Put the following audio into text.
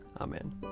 Amen